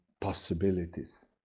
possibilities